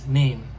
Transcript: name